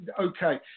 okay